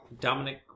Dominic